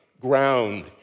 ground